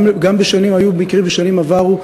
גם היו מקרים בשנים עברו.